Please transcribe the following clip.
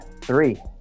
three